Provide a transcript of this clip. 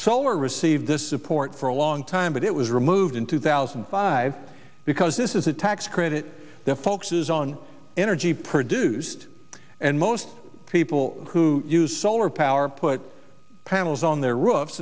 solar receive this support for a long time but it was removed in two thousand and five because this is a tax credit the focus is on energy produced and most people who use solar power put panels on their